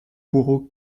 bourreau